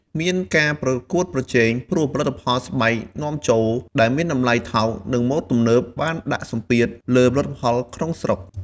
មានការប្រកួតប្រជែង ព្រោះផលិតផលស្បែកនាំចូលដែលមានតម្លៃថោក និងម៉ូដទំនើបបានដាក់សម្ពាធលើផលិតផលក្នុងស្រុក។